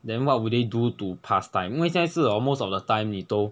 then what would they do to past time 因为现在是 hor most of the time 你都